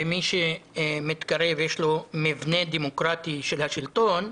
במי שיש לו מבנה דמוקרטי של השלטון,